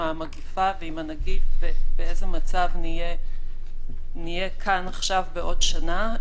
המגפה ועם הנגיף ובאיזה מצב נהיה כאן עכשיו בעוד שנה,